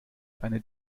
eine